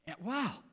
Wow